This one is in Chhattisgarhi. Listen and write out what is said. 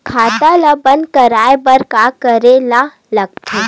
खाता ला बंद करवाय बार का करे ला लगथे?